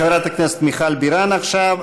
חברת הכנסת מיכל בירן עכשיו.